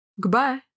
Goodbye